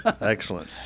Excellent